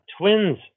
twins